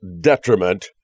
detriment